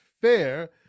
Fair